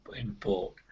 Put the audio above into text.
import